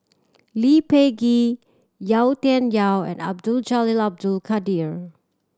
Lee Peh Gee Yau Tian Yau and Abdul Jalil Abdul Kadir